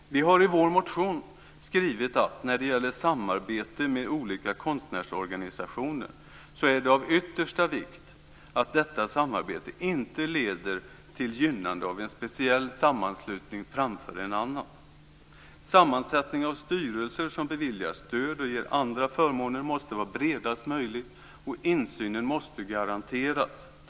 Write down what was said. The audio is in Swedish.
Vi har i vår motion skrivit att när det gäller samarbete med olika konstnärsorganisationer är det av yttersta vikt att detta samarbete inte leder till gynnande av en speciell sammanslutning framför en annan. Sammansättning av styrelser som beviljar stöd och ger andra förmåner måste vara bredast möjlig, och insyn måste garanteras.